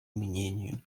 мнению